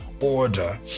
order